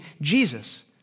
Jesus